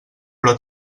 però